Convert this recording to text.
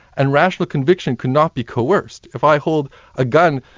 and rational conviction could not be coerced if i hold a gun,